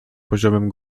poziomem